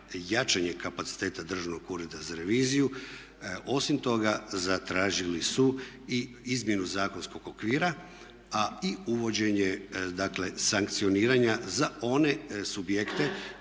jačanje kapaciteta Državnog ureda za reviziju. Osim toga zatražili su i izmjenu zakonskog okvira a i uvođenje dakle sankcioniranja za one subjekte